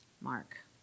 Mark